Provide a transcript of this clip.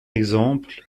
exemple